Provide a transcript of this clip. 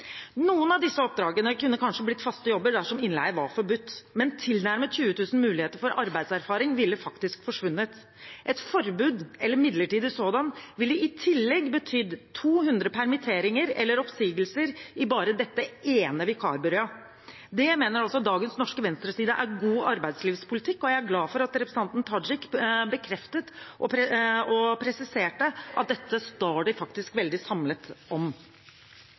Noen av disse oppdragene kunne kanskje blitt faste jobber dersom innleie var forbudt, men tilnærmet 20 000 muligheter til arbeidserfaring ville faktisk forsvunnet. Et forbud, eller midlertidig sådan, vil i tillegg bety 200 permitteringer eller oppsigelser i bare dette ene vikarbyrået. Det mener altså dagens norske venstreside er god arbeidslivspolitikk. Jeg er glad for at representanten Tajik bekreftet og presiserte at de faktisk står veldig samlet om